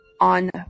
on